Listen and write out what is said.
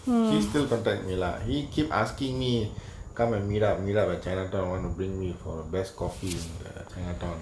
she's still contact me lah he keep asking me come and meet up meet up at the chinatown want to bring me for best coffee in the chinatown